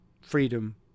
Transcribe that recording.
freedom